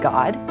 God